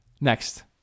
next